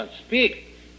speak